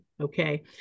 okay